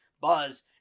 buzz